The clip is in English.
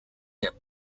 their